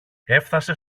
έφθασε